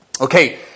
Okay